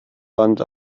wand